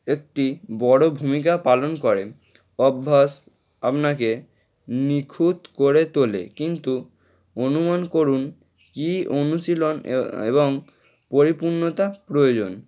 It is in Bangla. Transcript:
একটি বড় ভূমিকা পালন করে অভ্যাস আপনাকে নিঁখুত করে তোলে কিন্তু অনুমান করুন কী অনুশীলন এবং পরিপূর্ণতা প্রয়োজন